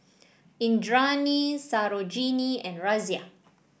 Indranee Sarojini and Razia